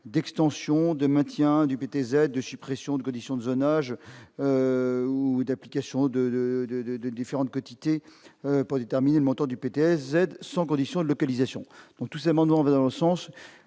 d'extension de maintien du PTZ de suppression de conditions de zonage ou d'application de, de, de, de différentes quotité pas déterminer le montant du PDS, sans condition de localisation, donc tout ça m'ennuie, on va dans le sens,